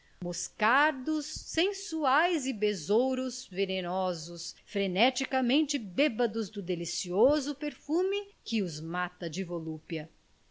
moscardos sensuais e besouros venenosos freneticamente bêbedos do delicioso perfume que os mata de volúpia